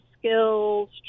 skills